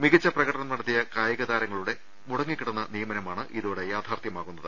മികച്ച പ്രകടനം നടത്തിയ കായിക താരങ്ങ ളുടെ മുടങ്ങിക്കിടന്ന നിയമനമാണ് ഇതോടെ യാഥാർത്ഥ്യമാകുന്നത്